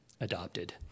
adopted